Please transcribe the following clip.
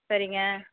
சரிங்க